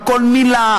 על כל מילה,